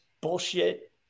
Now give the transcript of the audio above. bullshit